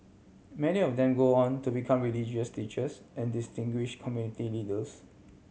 many of them go on to become religious teachers and distinguish community leaders